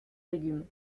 légumes